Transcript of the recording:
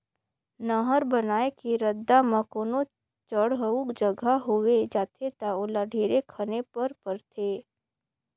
नहर बनाए के रद्दा म कोनो चड़हउ जघा होवे जाथे ता ओला ढेरे खने पर परथे